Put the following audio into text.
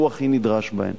שהוא הכי נדרש בהן.